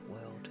world